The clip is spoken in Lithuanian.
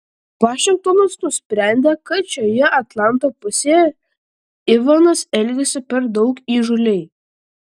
vašingtonas nusprendė kad šioje atlanto pusėje ivanas elgiasi per daug įžūliai